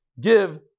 give